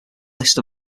list